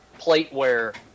plateware